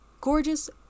gorgeous